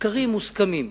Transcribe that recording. שקרים מוסכמים.